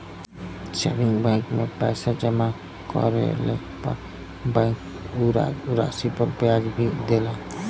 saving bank में पैसा जमा करले पर बैंक उ राशि पर ब्याज भी देला